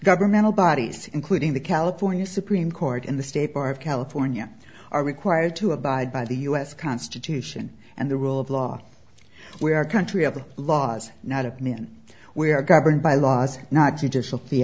governmental bodies including the california supreme court in the state of california are required to abide by the us constitution and the rule of law where our country of laws not of men we are governed by laws not judicial